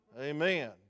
Amen